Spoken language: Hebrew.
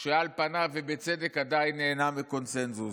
שעל פניו, ובצדק, עדיין נהנה מקונסנזוס.